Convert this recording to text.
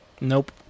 Nope